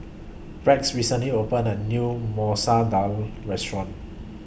Rex recently opened A New Masoor Dal Restaurant